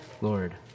Lord